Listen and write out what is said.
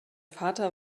vater